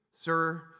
sir